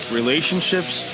relationships